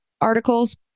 articles